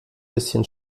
bisschen